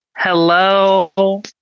Hello